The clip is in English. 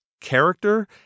character